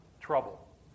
trouble